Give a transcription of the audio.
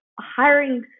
hiring